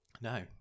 No